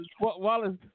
Wallace